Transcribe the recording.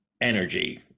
energy